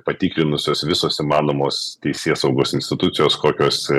patikrinusios visos įmanomos teisėsaugos institucijos kokios